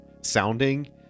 sounding